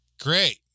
Great